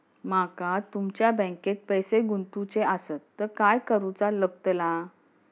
माका तुमच्या बँकेत पैसे गुंतवूचे आसत तर काय कारुचा लगतला?